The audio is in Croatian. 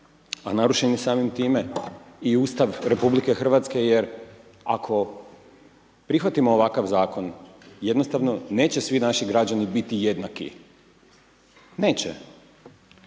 a narušen je samim time i Ustav RH jer ako prihvatimo ovakav zakon, jednostavno neće svi naši građani biti jednaki, neće.